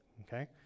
okay